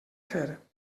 fer